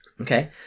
Okay